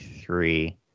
three